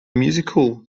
musical